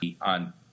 on